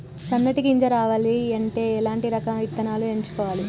సన్నటి గింజ రావాలి అంటే ఎలాంటి రకం విత్తనాలు ఎంచుకోవాలి?